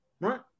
right